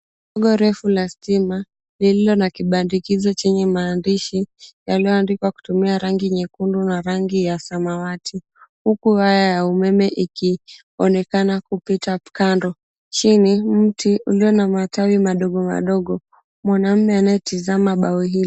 Jengo refu la stima lililo na kibandikizo chenye maandishi yaliyoandikwa kutumia rangi nyekundu na rangi ya samawati huku waya ya umeme ikionekana kupita kando. Chini, mti ulio na matawi madogo madogo. Mwanaume anayetizama bao hilo.